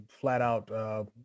flat-out –